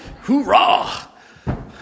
Hoorah